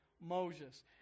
Moses